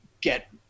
get